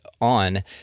on